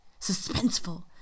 suspenseful